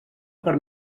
per